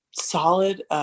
solid